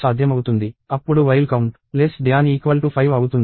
అప్పుడు వైల్ కౌంట్5 అవుతుంది ప్రింట్ కౌంట్ మరియు కౌంట్ ప్లస్ ప్లస్